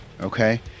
okay